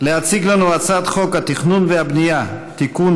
להציג לנו את הצעת חוק התכנון והבנייה (תיקון,